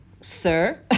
sir